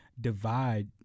divide